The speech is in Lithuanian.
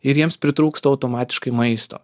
ir jiems pritrūksta automatiškai maisto